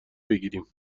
بگیریم